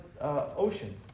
ocean